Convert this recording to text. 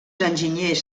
enginyers